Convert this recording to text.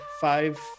five